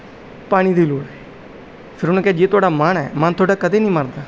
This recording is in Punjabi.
ਪਾਣੀ ਦੀ ਲੋੜ ਹੈ ਫਿਰ ਉਹਨੇ ਕਿਹਾ ਜੇ ਤੁਹਾਡਾ ਮਨ ਹੈ ਮਨ ਤੁਹਾਡਾ ਕਦੇ ਨਹੀਂ ਮਰਦਾ